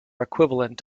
equivalent